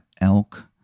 elk